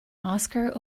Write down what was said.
oscar